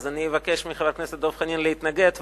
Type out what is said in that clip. אני אבקש מחבר הכנסת דב חנין להתנגד,